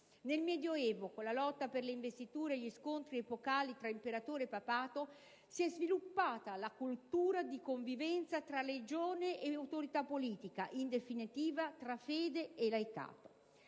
Nel Medio Evo, con la lotta per le investiture e gli scontri epocali tra Impero e Papato, si è sviluppata la cultura di convivenza tra religione e autorità politica, in definitiva tra fede e laicato.